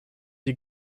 die